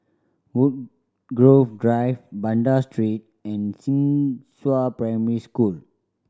Woodgrove Drive Banda Street and Xinghua Primary School